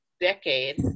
decade